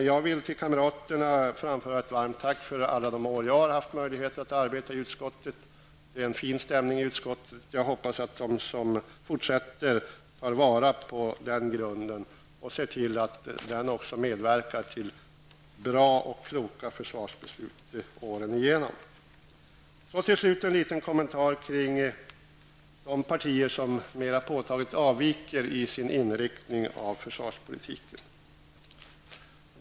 Jag vill framföra ett varmt tack till kamraterna för alla de år jag har haft möjlighet att arbeta i utskottet. Det är en fin stämning i utskottet. Jag hoppas att de som fortsätter arbetet tar vara på den grunden och ser till att den medverkar till bra och kloka försvarsbeslut åren igenom. Till slut en kommentar kring de partier som mera påtagligt avviker i sin inriktning av försvarspolitiken.